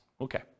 Okay